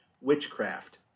Witchcraft